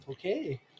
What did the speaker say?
Okay